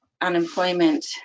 unemployment